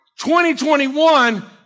2021